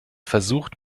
versucht